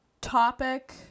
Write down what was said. topic